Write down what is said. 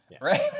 right